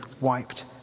wiped